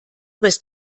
bist